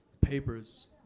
papers